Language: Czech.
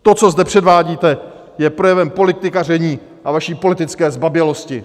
To, co zde předvádíte, je projevem politikaření a vaší politické zbabělosti.